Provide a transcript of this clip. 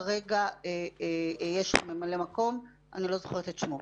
כרגע יש ממלא מקום, אני לא זוכרת את שמו.